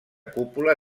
cúpula